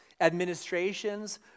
administrations